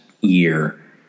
year